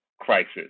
crisis